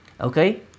Okay